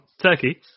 Turkey